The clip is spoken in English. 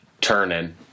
turning